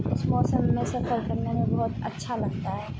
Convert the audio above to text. اس موسم میں سفر کرنے میں بہت اچھا لگتا ہے